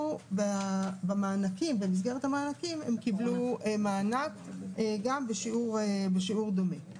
במסגרת המענקים הם קיבלו מענק בשיעור דומה.